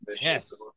Yes